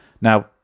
Now